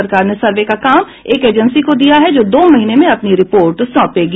सरकार ने सर्वे का काम एक एजेंसी को दिया है जो दो महीने में अपनी रिपोर्ट सौंपेगी